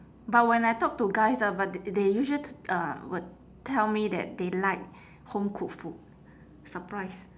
but when I talk to guys ah but they usua~ uh will tell me that they like home cooked food surprise